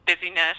busyness